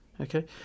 Okay